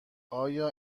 آیا